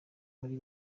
muri